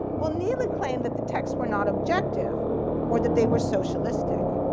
well nela claimed that the texts were not objective or that they were socialistic.